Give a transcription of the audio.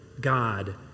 God